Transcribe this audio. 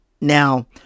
Now